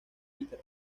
peter